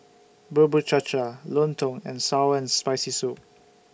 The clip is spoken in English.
Bubur Cha Cha Lontong and Sour and Spicy Soup